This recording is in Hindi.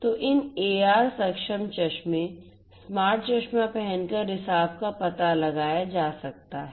तो इन AR सक्षम चश्मे स्मार्ट चश्मा पहनकर रिसाव का पता लगाया जा सकता है